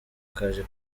kaje